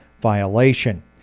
violation